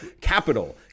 Capital